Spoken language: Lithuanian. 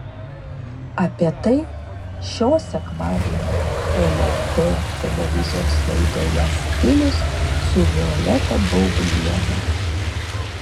apie tai šio sekmadienio lrt televizijos laidoje stilius su violeta baubliene